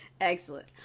Excellent